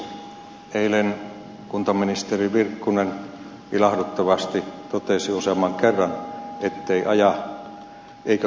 eilen kuntaministeri virkkunen ilahduttavasti totesi useamman kerran ettei aja eikä kannata pakkoliitoksia